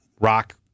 rock